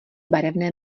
barevné